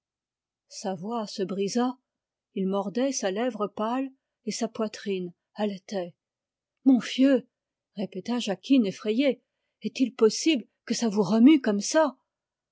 il mordait sa lèvre pâle et sa poitrine haletait mon fieu répéta jacquine effrayée est-il possible que ça vous remue comme ça